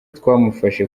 twamufashe